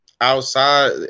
outside